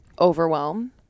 overwhelm